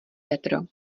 retro